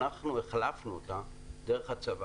אנחנו החלפנו אותה דרך הצבא.